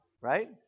right